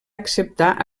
acceptar